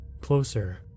closer